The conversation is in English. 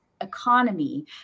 economy